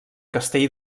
castell